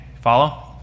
follow